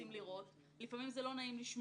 זה צריך לעצור ואפשר היה לעצור את זה בלי החוק הזה.